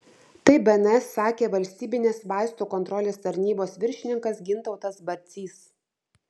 tai bns sakė valstybinės vaistų kontrolės tarnybos viršininkas gintautas barcys